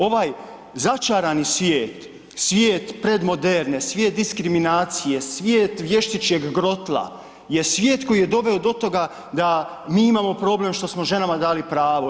Ovaj začarani svijet, svijet predmoderne, svijet diskriminacije, svijet vještičjeg grotla je svijet koji je doveo do toga da mi imamo problem što smo ženama dali pravo.